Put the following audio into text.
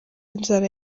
inzara